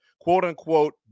quote-unquote